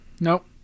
Nope